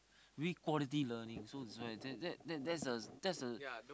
really quality learning so that's why that that that's the that's the